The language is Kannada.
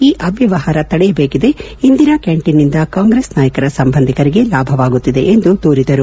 ಈ ಅವ್ಯವಹಾರ ತಡೆಯಬೇಕಿದೆ ಇಂದಿರಾ ಕ್ಯಾಂಟೀನ್ ನಿಂದ ಕಾಂಗ್ರೆಸ್ ನಾಯಕರ ಸಂಬಂಧಿಕರಿಗೆ ಲಾಭವಾಗುತ್ತಿದೆ ಎಂದು ದೂರಿದರು